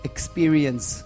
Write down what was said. experience